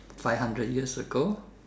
five hundred years ago